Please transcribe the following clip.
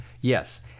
Yes